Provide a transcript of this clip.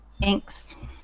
Thanks